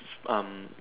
um